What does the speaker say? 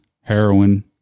heroin